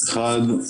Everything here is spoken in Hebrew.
אחד,